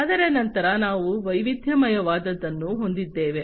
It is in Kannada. ಅದರ ನಂತರ ನಾವು ವೈವಿಧ್ಯಮಯವಾದದ್ದನ್ನು ಹೊಂದಿದ್ದೇವೆ